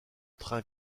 train